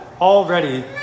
already